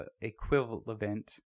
equivalent